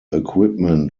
equipment